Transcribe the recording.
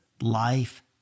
life